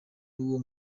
w’uwo